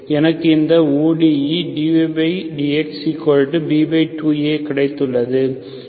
எனக்கு இந்த ODE dydxB2Aகிடைத்தது